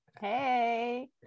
Hey